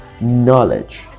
knowledge